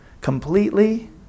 completely